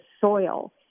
soil